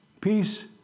Peace